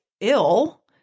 ill